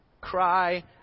cry